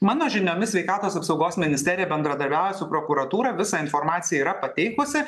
mano žiniomis sveikatos apsaugos ministerija bendradarbiauja su prokuratūra visą informaciją yra pateikusi